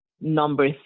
number